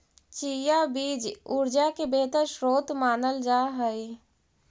chia बीज ऊर्जा के बेहतर स्रोत मानल जा हई